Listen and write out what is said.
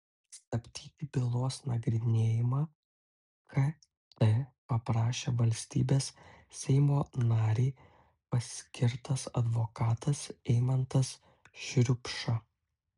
stabdyti bylos nagrinėjimą kt paprašė valstybės seimo narei paskirtas advokatas eimantas šriupša